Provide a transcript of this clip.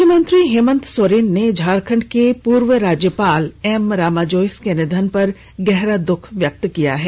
मुख्यमंत्री हेमंत सोरेन ने झारखंड के पूर्व राज्यपाल एम रामा जोइस के निधन पर गहरा दःख व्यकत किया है